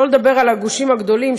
שלא לדבר על הגושים הגדולים,